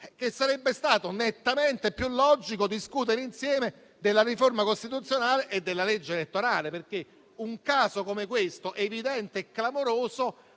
che sarebbe stato nettamente più logico discutere insieme della riforma costituzionale e della legge elettorale. In questo modo, un caso come questo, evidente e clamoroso,